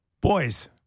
Boys